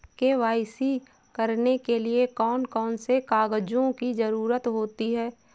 KYC करने के लिए कौन कौन से कागजों की जरूरत होती है?